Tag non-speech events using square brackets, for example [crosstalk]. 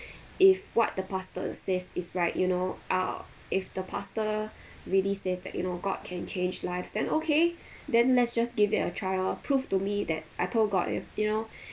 [breath] if what the pastors says is right you know I'll if the pastor really says that you know god can change lives then okay then let's just give it a try lor proof to me that I told god if you know